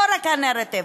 לא רק הנרטיב,